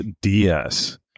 DS